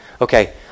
Okay